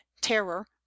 terror